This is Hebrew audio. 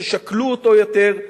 ששקלו אותו יותר,